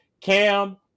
Cam